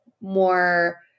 more